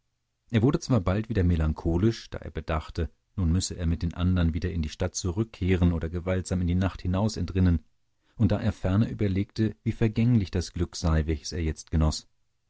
er wurde zwar bald wieder melancholisch da er bedachte nun müsse er mit den andern wieder in die stadt zurückkehren oder gewaltsam in die nacht hinaus entrinnen und da er ferner überlegte wie vergänglich das glück sei welches er jetzt genoß